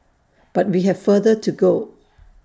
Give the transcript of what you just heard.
but we have further to go